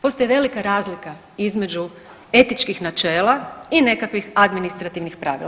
Postoji velika razlika između etičkih načela i nekakvih administrativnih pravila.